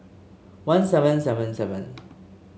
one seven seven seven